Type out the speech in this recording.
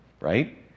right